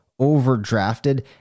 overdrafted